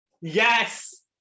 Yes